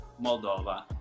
Moldova